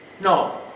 No